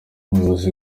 ubuyobozi